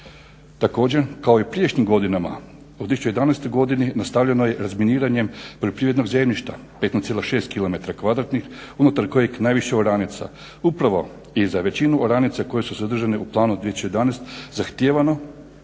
Također, kao i u prijašnjim godinama u 2011. godini nastavljeno je razminiranjem poljoprivrednog zemljišta 15,6 kilometra kvadratnih unutar kojeg najviše oranica. Upravo i za većinu oranica koje su sadržane u planu 2011. zahtijevano